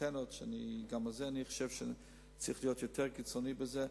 גם פה אני חושב שצריך להיות יותר קיצוני בזה,